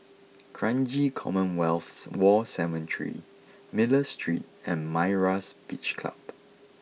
Kranji Commonwealth War Cemetery Miller Street and Myra's Beach Club